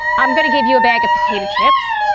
i'm going to give you a bag of potato chips,